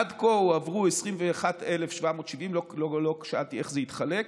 עד כה הועברו 21,770, לא שאלתי איך זה התחלק,